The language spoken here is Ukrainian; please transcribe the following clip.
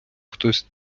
хтось